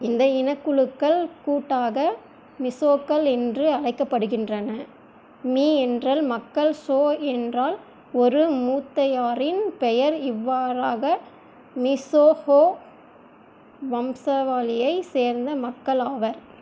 இந்த இனக்குழுக்கள் கூட்டாக மிசோக்கள் என்று அழைக்கப்படுகின்றன மி என்றால் மக்கள் சோ என்றால் ஒரு மூத்தையாரின் பெயர் இவ்வாறாக மிசோஹோ வம்சாவாளியைச் சேர்ந்த மக்கள் ஆவர்